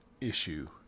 issue